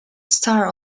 star